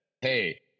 Hey